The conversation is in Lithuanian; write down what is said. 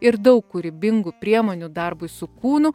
ir daug kūrybingų priemonių darbui su kūnu